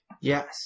Yes